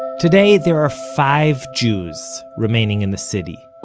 today, there are five jews remaining in the city.